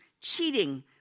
cheating